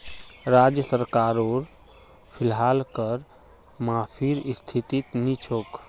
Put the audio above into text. राज्य सरकारो फिलहाल कर माफीर स्थितित नी छोक